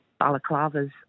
balaclavas